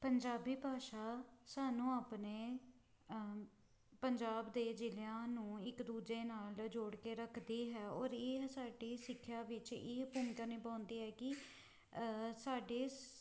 ਪੰਜਾਬੀ ਭਾਸ਼ਾ ਸਾਨੂੰ ਆਪਣੇ ਪੰਜਾਬ ਦੇ ਜ਼ਿਲ੍ਹਿਆਂ ਨੂੰ ਇੱਕ ਦੂਜੇ ਨਾਲ ਜੋੜ ਕੇ ਰੱਖਦੀ ਹੈ ਔਰ ਇਹ ਸਾਡੀ ਸਿੱਖਿਆ ਵਿੱਚ ਇਹ ਭੂਮਿਕਾ ਨਿਭਾਉਂਦੀ ਹੈ ਕਿ ਸਾਡੇ